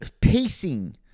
pacing